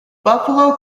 buffalo